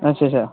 अच्छा अच्छा